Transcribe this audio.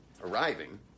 arriving